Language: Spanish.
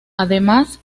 además